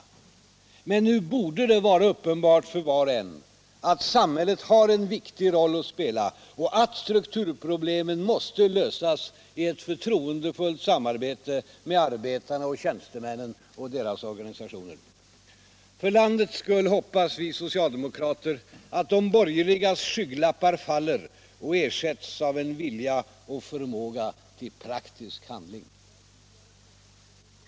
Nu torde det vara uppenbart för var och en att samhället har en viktig roll att spela och att strukturproblemen måste lösas i ett förtroendefullt samarbete med arbetarna och tjänstemännen och deras organisationer. För landets skull hoppas vi socialdemokrater att de borgerligas skygglappar faller och ersätts av en vilja och förmåga till praktisk handling.